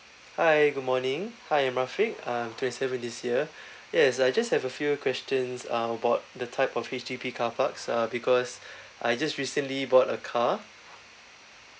hi good morning hi I'm rafiq I'm twenty seven this year yes I just have a few questions um about the type of H_D_B car parks uh because I just recently bought a car